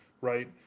right